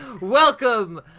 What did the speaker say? Welcome